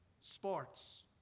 sports